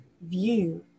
view